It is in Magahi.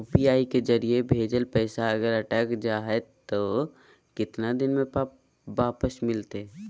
यू.पी.आई के जरिए भजेल पैसा अगर अटक जा है तो कितना दिन में वापस मिलते?